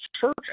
church